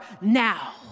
now